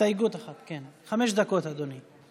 חמש דקות, אדוני.